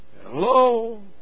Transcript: Hello